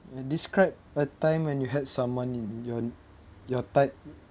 err describe a time when you had someone in your your time